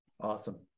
Awesome